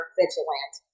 vigilant